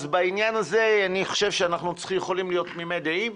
אז בעניין הזה אני חושב שאנחנו יכולים להיות תמימי דעים,